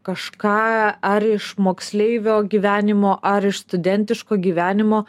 kažką ar iš moksleivio gyvenimo ar iš studentiško gyvenimo